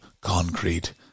Concrete